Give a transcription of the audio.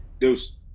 Deuce